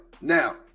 Now